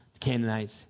Canaanites